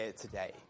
today